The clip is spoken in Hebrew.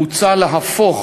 מוצע להפוך